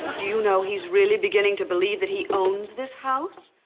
do you know he's really beginning to believe that he owns this house?